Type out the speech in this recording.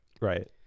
Right